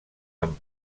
amb